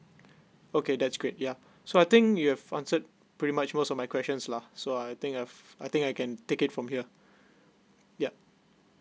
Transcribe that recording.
okay that's great yeah so I think you have answered pretty much most of my questions lah so I think I've I think I can take it from here yup